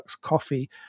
coffee